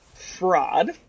fraud